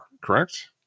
Correct